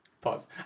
Pause